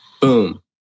Boom